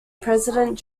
president